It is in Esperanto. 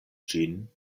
ĝin